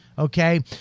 Okay